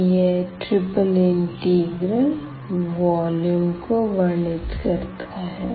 तो यह triple integral volume को वर्णित करता है